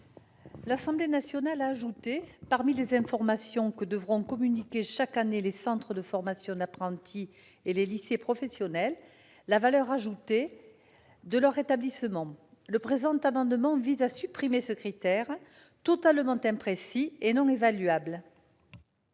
L'Assemblée nationale a ajouté, parmi les informations que devront communiquer chaque année les centres de formation d'apprentis et les lycées professionnels, la « valeur ajoutée » de leur établissement. Le présent amendement vise à supprimer ce critère, totalement imprécis et non évaluable.